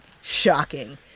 Shocking